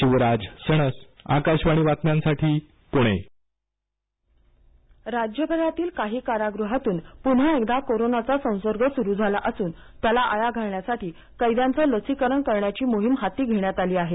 शिवराज सणस आकाशवाणी बातम्यांसाठी पुणे कारागृहात कोरोना राज्यभरातील काही कारागृहातून पुन्हा एकदा कोरोनाचा संसर्ग सुरु झाला असून त्याला आळा घालण्यासाठी कैद्यांचं लसीकरण करण्याची मोहीम हाती घेण्यात आली आहे